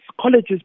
Colleges